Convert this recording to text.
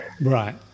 Right